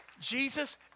Jesus